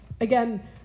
again